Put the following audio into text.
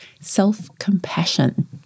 self-compassion